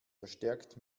verstärkt